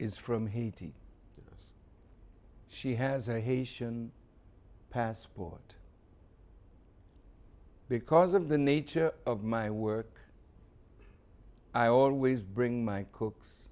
is from haiti she has a haitian passport because of the nature of my work i always bring my cooks